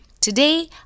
Today